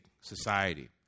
society